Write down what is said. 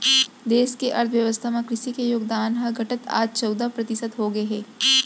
देस के अर्थ बेवस्था म कृसि के योगदान ह घटत आज चउदा परतिसत हो गए हे